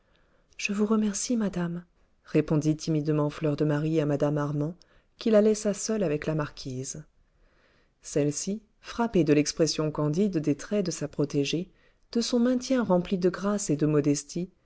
je vous remercie madame répondit timidement fleur de marie à mme armand qui la laissa seule avec la marquise celle-ci frappée de l'expression candide des traits de sa protégée de son maintien rempli de grâce et de modestie